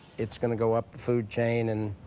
it's gonna go up the food chain and.